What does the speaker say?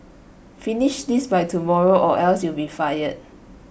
finish this by tomorrow or else you'll be fired